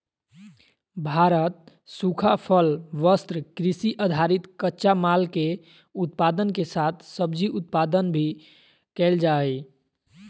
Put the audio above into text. भारत सूखा फल, वस्त्र, कृषि आधारित कच्चा माल, के उत्पादन के साथ सब्जी उत्पादन भी कैल जा हई